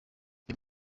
uyu